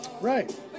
right